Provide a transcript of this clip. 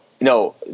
no